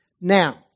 Now